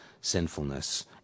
sinfulness